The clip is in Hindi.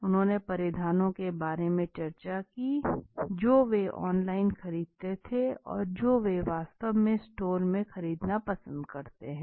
उन्होंने परिधानों के बारे में चर्चा की जो वे ऑनलाइन खरीदते थे और जो वे वास्तव में स्टोर में खरीदना पसंद करते हैं